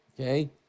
okay